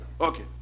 Okay